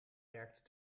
werkt